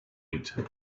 eat